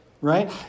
Right